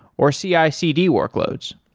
or cicd workloads